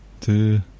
two